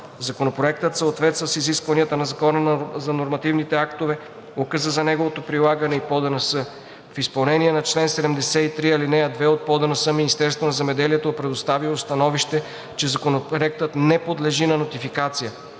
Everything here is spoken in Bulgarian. Законопроектът съответства с изискванията на Закона за нормативните актове, указа за неговото прилагане и на ПОДНС. В изпълнение на чл. 73, ал. 2 от ПОДНС Министерството на земеделието е предоставило становище, че Законопроектът не подлежи на нотификация.